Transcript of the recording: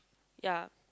ya